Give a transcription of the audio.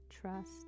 trust